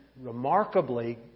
remarkably